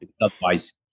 Otherwise